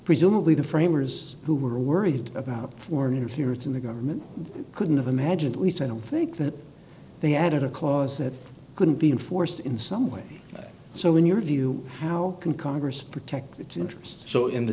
presumably the framers who were worried about foreign interference in the government couldn't have imagined at least i don't think that they added a clause that couldn't be enforced in some way so in your view how can congress protect its interests in the